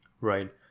Right